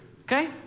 okay